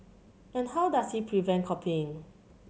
and how does he prevent copying